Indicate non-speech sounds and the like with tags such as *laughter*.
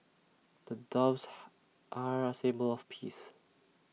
*noise* doves are A symbol of peace